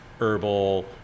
herbal